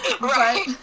Right